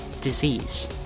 disease